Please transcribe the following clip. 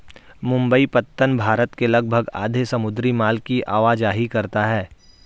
मुंबई पत्तन भारत के लगभग आधे समुद्री माल की आवाजाही करता है